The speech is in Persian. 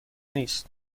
نیست